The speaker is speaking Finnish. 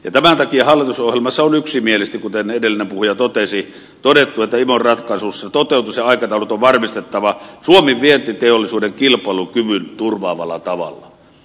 tämän takia hallitusohjelmassa on yksimielisesti kuten edellinen puhuja totesi todettu että imon ratkaisussa toteutus ja aikataulut on varmistettava suomen vientiteollisuuden kilpailukyvyn turvaavalla tavalla